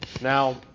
Now